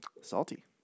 Salty